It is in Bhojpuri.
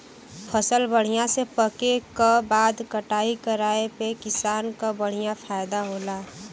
फसल बढ़िया से पके क बाद कटाई कराये पे किसान क बढ़िया फयदा होला